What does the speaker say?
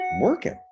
working